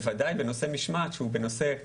בוודאי בנושא משמעת שהוא נושא רוחבי,